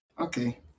okay